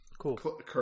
cool